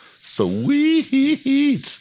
sweet